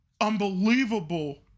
unbelievable